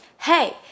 Hey